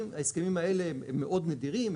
ההסכמים האלה מאוד נדירים,